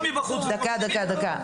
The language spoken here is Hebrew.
דקה, דקה, דקה.